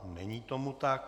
Není tomu tak.